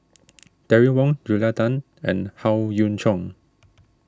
Terry Wong Julia Tan and Howe Yoon Chong